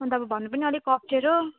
अन्त अब भन्नु पनि अलिक अप्ठ्यारो